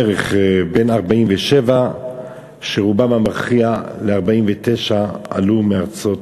בערך, 1947 1949, ורובם המכריע עלו מארצות,